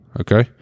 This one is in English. okay